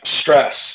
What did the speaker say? stress